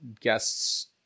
guests